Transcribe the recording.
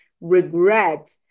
regret